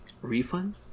refund